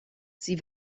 sie